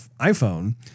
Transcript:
iPhone